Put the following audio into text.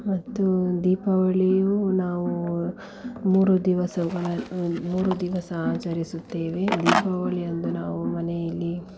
ಮತ್ತು ದೀಪಾವಳಿಯು ನಾವು ಮೂರು ದಿವಸ ಮೂರು ದಿವಸ ಆಚರಿಸುತ್ತೇವೆ ದೀಪಾವಳಿಯಂದು ನಾವು ಮನೆಯಲ್ಲಿ